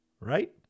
right